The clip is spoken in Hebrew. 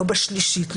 לא בשלישית,